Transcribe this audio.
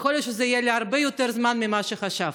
יכול להיות שזה יהיה להרבה יותר זמן ממה שחשבת,